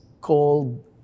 called